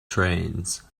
trains